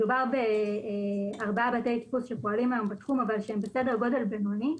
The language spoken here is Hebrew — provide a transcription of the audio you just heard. מדובר בארבעה בתי דפוס שפועלים היום בתחום אבל שהם בסדר גודל בינוני.